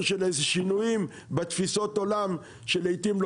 של איזה שהם שינויים בתפיסות עולם שלעיתים,